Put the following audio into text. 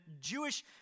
jewish